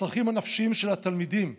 הצרכים הנפשיים של התלמידים שבודדו,